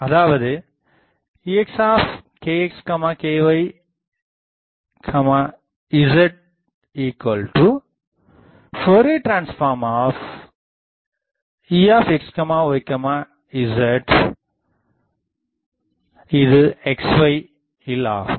அதாவது Exkx ky zFTExyz xy ஆகும்